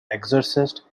exorcist